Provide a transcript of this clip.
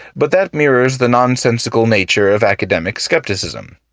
but that mirrors the nonsensical nature of academic skepticism.